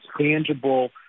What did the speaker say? tangible